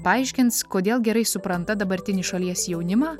paaiškins kodėl gerai supranta dabartinį šalies jaunimą